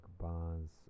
bonds